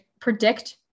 predict